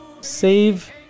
save